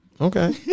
Okay